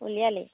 উলিয়ালি